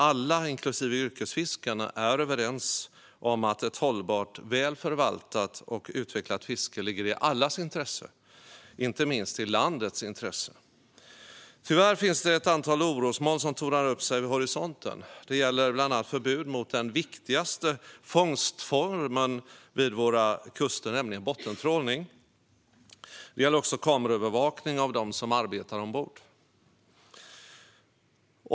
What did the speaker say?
Alla, inklusive yrkesfiskarna, är överens om att ett hållbart, väl förvaltat och utvecklat fiske ligger i allas intresse, inte minst i landets intresse. Tyvärr finns det ett antal orosmoln som tornar upp sig vid horisonten. Det gäller bland annat förbud mot den viktigaste fångstformen vid våra kuster, nämligen bottentrålning. Det gäller också kameraövervakning av dem som arbetar ombord.